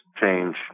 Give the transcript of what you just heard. change